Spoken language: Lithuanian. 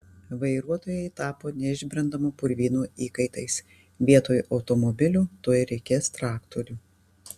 vairuotojai tapo neišbrendamo purvyno įkaitais vietoj automobilių tuoj reikės traktorių